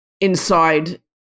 inside